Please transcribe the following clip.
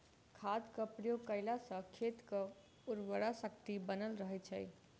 खादक प्रयोग कयला सॅ खेतक उर्वरा शक्ति बनल रहैत छै